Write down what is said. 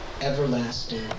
everlasting